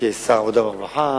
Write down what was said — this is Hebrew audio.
כשר העבודה והרווחה,